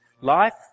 Life